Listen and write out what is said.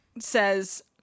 says